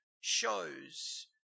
shows